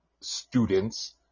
students